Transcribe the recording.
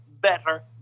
better